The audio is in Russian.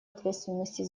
ответственности